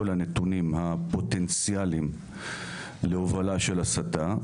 הנתונים הפוטנציאליים להובלה של הסתה,